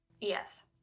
Yes